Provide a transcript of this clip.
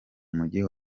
mujyi